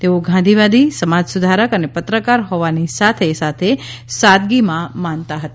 તેઓ ગાંધીવાદી સમાજ સુધારક અને પત્રકાર હોવાની સાથે સાથે સાદગીમાં માનતા હતા